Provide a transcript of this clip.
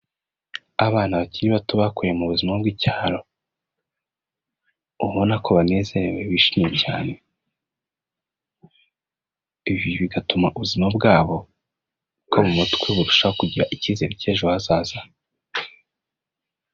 Abana bakiri bato bakuriye mu buzima bw'icyaro, ubona ko banezerewe bishimye cyane. Ibi bigatuma ubuzima bwabo, bwo mu mutwe burushaho kugira icyizere cy'ejo hazaza.